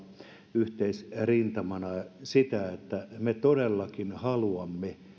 yhteisrintamana että me todellakin haluamme